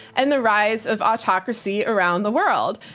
and the rise of autocracy around the world.